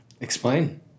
Explain